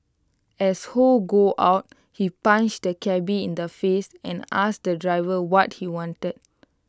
as ho got out he punched the cabby in the face and asked the driver what he wanted